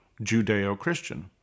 Judeo-Christian